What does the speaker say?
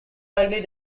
likely